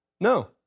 No